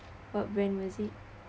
what brand was it